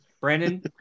Brandon